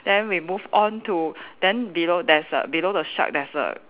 then we move on to then below there's a below the shark there's a